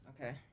Okay